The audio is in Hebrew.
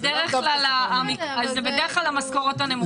בדרך כלל אלה המשכורות הנמוכות.